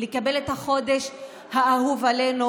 לקבל את החודש האהוב עלינו,